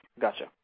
gotcha